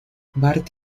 bart